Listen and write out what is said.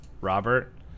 Robert